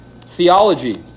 theology